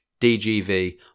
DGV